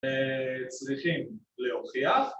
‫וצריכים להוכיח.